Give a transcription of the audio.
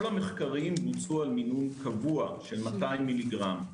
כל המחקרים בוצעו על מינון קבוע של 200 מ"ג.